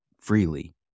freely